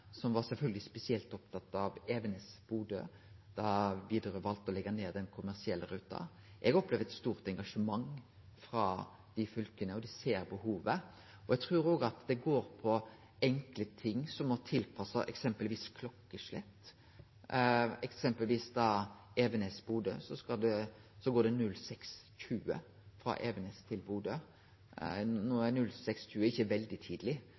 som sjølvsagt var spesielt opptatt av Evenes–Bodø, da Widerøe valde å leggje ned den kommersielle ruta. Eg opplever eit stort engasjement frå dei fylka, og dei ser behovet. Eg trur òg at det går på enkle ting som å tilpasse eksempelvis klokkeslett. For eksempel går Evenes–Bodø kl. 06.20 frå Evenes til Bodø. No er ikkje kl. 06.20 veldig tidleg, men når ein veit kor langt ein må reise til